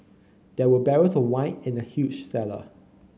there were barrels of wine in the huge cellar